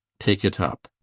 take it up.